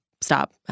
stop